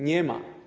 Nie ma.